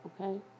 Okay